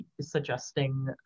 suggesting